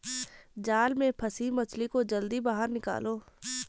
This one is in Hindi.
जाल में फसी मछली को जल्दी बाहर निकालो